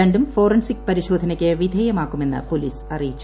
രണ്ടും ഫോറൻസിക് പരിശോധനയ്ക്ക് വിധ്യമാക്കുമെന്ന് പോലീസ് അറിയിച്ചു